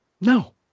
No